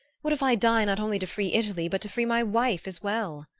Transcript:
what if i die not only to free italy but to free my wife as well?